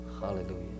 Hallelujah